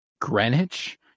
Greenwich